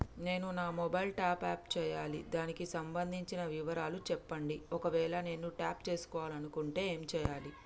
నేను నా mobile top up చేయాలి దానికి సంబంధించిన వివరాలు చెప్పండి ఒకవేళ నేను టాప్ చేసుకోవాలనుకుంటే ఏం చేయాలి?